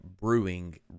brewing